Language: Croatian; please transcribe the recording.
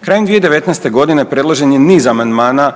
Krajem 2019. g. predložen je niz amandmana